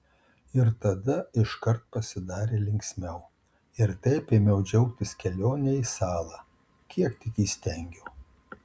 ir tada iškart pasidarė linksmiau ir taip ėmiau džiaugtis kelione į salą kiek tik įstengiau